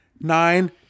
nine